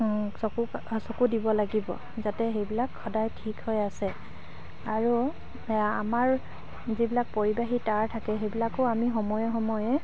চকু অঁ চকু দিব লাগিব যাতে সেইবিলাক সদায় ঠিক হৈ আছে আৰু আমাৰ যিবিলাক পৰিবাহী তাঁৰ থাকে সেইবিলাকো আমি সময়ে সময়ে